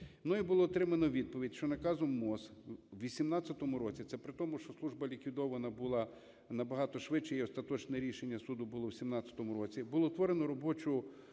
Мною було отримано відповідь, що наказом МОЗ в 18-му році, це при тому, що служба ліквідована була набагато швидше і остаточне рішення суду було в 17-му році, було утворено робочу